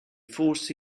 force